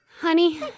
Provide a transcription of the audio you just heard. Honey